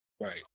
Right